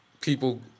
people